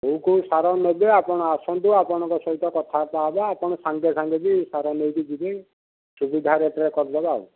କେଉଁ କେଉଁ ସାର ନେବେ ଆପଣ ଆସନ୍ତୁ ଆପଣଙ୍କ ସହିତ କଥାବାର୍ତ୍ତା ହେବା ଆପଣ ସାଙ୍ଗେ ସାଙ୍ଗେ ବି ସାର ନେଇକି ଯିବେ ସୁବିଧାରେ ପୁରା କରିଦେବା